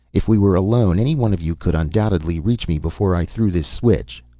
if we were alone, any one of you could undoubtedly reach me before i threw this switch.